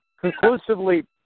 Conclusively